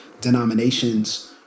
denominations